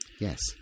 Yes